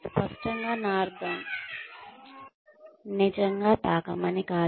స్పష్టంగా నా అర్థం నిజంగా తాకమని కాదు